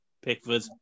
Pickford